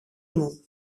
μου